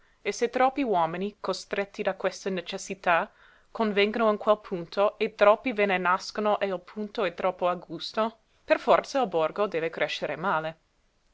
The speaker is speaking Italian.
e se troppi uomini costretti da questa necessità convengono in quel punto e troppi ve ne nascono e il punto è troppo angusto per forza il borgo deve crescere male